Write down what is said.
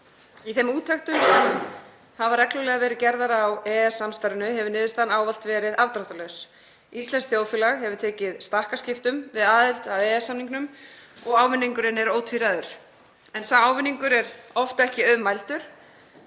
Í þeim úttektum hafa reglulega verið gerðar á EES-samstarfinu hefur niðurstaðan ávallt verið afdráttarlaus: Íslenskt þjóðfélag hefur tekið stakkaskiptum við aðild að EES-samningnum og ávinningurinn er ótvíræður. En sá ávinningur er oft ekki auðmældur.